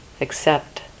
accept